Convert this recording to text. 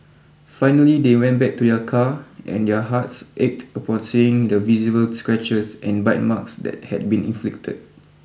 finally they went back to their car and their hearts ached upon seeing the visible scratches and bite marks that had been inflicted